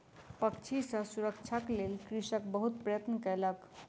पक्षी सॅ सुरक्षाक लेल कृषक बहुत प्रयत्न कयलक